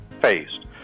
faced